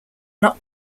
not